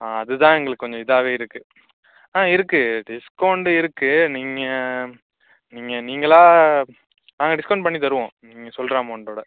ஆ அதுதான் எங்களுக்கு கொஞ்சம் இதாகவே இருக்கு ஆ இருக்கு டிஸ்கவுண்டு இருக்கு நீங்கள் நீங்கள் நீங்களாக நாங்கள் டிஸ்கவுண்ட் பண்ணி தருவோம் நீங்கள் சொல்கிற அமௌண்டோட